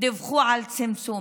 דיווחו על צמצום.